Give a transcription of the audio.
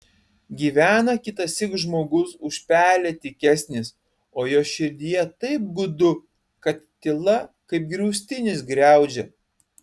gyvena kitąsyk žmogus už pelę tykesnis o jo širdyje taip gūdu kad tyla kaip griaustinis griaudžia